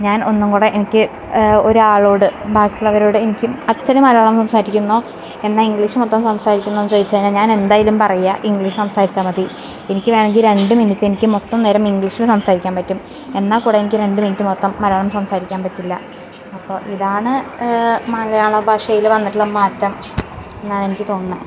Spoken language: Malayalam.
ഞാൻ ഒന്നും കൂടെ എനിക്ക് ഒരാളോട് ബാക്കിയുള്ളവരോട് എനിക്കും അച്ചടി മലയാളം സംസാരിക്കുന്നോ എന്നാൽ ഇംഗ്ലീഷ് മൊത്തം സംസാരിക്കുന്നോന്ന് ചോദിച്ച് കഴിഞ്ഞാൽ ഞാൻ എന്തായാലും പറയ്യാ ഇംഗ്ലീഷ് സംസാരിച്ചാൽ മതി എനിക്ക് വേണെങ്കിൽ രണ്ട് മിനിറ്റ് എനിക്ക് മൊത്തം നേരം ഇംഗ്ലീഷിൽ സംസാരിക്കാൻ പറ്റും എന്നാക്കൂടെ എനിക്ക് രണ്ട് മിനിറ്റ് മൊത്തം മലയാളം സംസാരിക്കാൻ പറ്റില്ല അപ്പോൾ ഇതാണ് മലയാള ഭാഷയിൽ വന്നിട്ടുള്ള മാറ്റം എന്നാണ് എനിക്ക് തോന്നുന്നത്